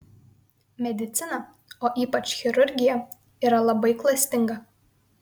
medicina o ypač chirurgija yra labai klastinga